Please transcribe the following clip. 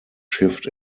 shift